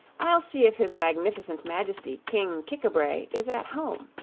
i'll see if his magnificent majesty king kik-a-bray is at home,